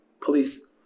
Police